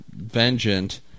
Vengeant